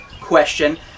question